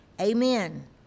amen